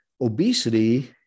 obesity